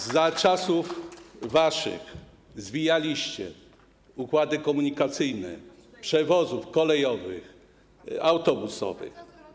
Za waszych czasów zwijaliście układy komunikacyjne przewozów kolejowych, autobusowych.